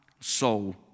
soul